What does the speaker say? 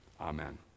Amen